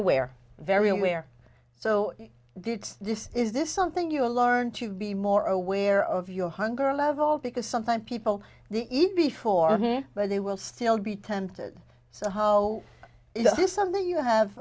aware very aware so this is this something you learn to be more aware of your hunger level because sometimes people the eat before but they will still be tempted so how is this something you have